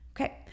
Okay